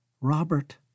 Robert